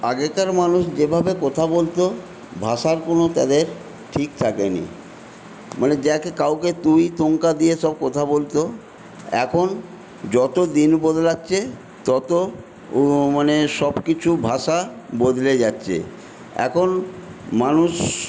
আগেকার মানুষ যেভাবে কথা বলতো ভাষার কোনো তাদের ঠিক থাকেনি মানে দেখে কাউকে তুই তুঙ্কা দিয়ে সব কথা বলতো এখন যত দিন বদলাচ্ছে তত মানে সবকিছু ভাষা বদলে যাচ্ছে এখন মানুষ